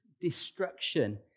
destruction